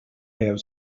have